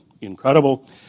incredible